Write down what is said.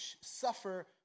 suffer